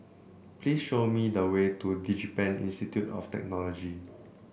please show me the way to DigiPen Institute of Technology